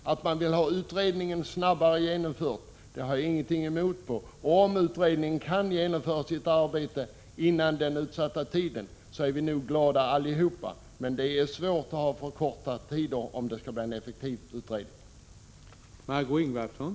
Jag har ingenting emot att utredningen genomförs snabbare, och om utredningen kan redovisa sitt arbete före den utsatta tiden blir alla säkert glada. Men det är svårt att få en effektiv utredning om tiden förkortas.